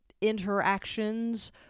interactions